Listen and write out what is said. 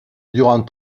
durant